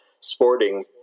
sporting